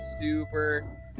super